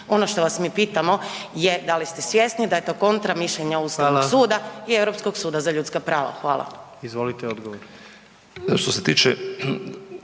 Ono što vas mi pitamo je, da li ste svjesni da je to kontra mišljenja Ustavnog suda …/Upadica: Hvala./… i Europskog suda za ljudska prava? Hvala.